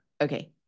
Okay